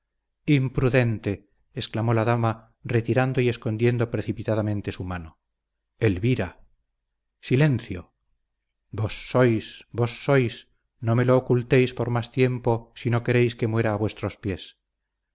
imprudente exclamó la dama retirando y escondiendo precipitadamente su mano elvira silencio vos sois vos sois no me lo ocultéis por más tiempo si no queréis que muera a vuestros pies